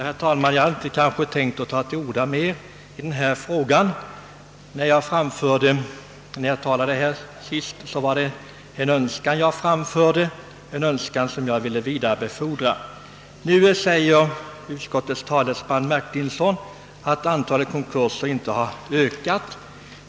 Herr talman! Jag hade inte tänkt ta till orda mer i denna fråga; men utskottets talesmans inlägg ger mig anledning till ett ytterligare inlägg. Herr Martinsson anförde att antalet konkurser inte har ökat.